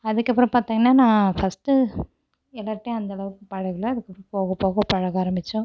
அதுக்கப்புறம் பார்த்திங்கன்னா நான் ஃபஸ்ட்டு எல்லாருகிட்டையும் அந்தளவுக்கு பழகலை அதுக்கப்புறம் போகப் போக பழக ஆரம்பித்தோம்